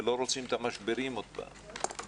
ולא רוצים את המשברים עוד פעם.